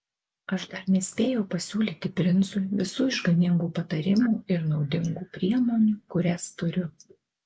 aš dar nespėjau pasiūlyti princui visų išganingų patarimų ir naudingų priemonių kurias turiu